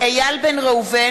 בעד עמר בר-לב,